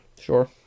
Sure